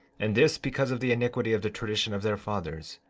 and this because of the iniquity of the tradition of their fathers.